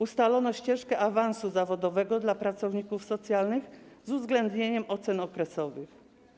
Ustalono ścieżkę awansu zawodowego dla pracowników socjalnych z uwzględnieniem ocen okresowych.